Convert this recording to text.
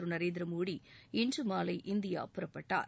திருநரேந்திரமோடி இன்றுமாலை இந்தியா புறப்பட்டார்